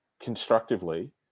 constructively